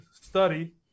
study